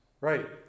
Right